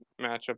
matchup